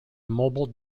mobile